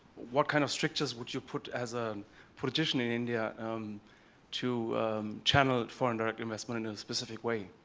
what kind of strictures would you put as a politician in india to channel foreign direct investment in a specific way?